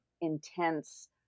intense